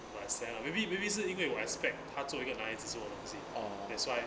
!wahseh! lah maybe maybe 是因为我 expect 她会做一个男孩子做的东西 that's why